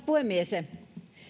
puhemies